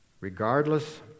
regardless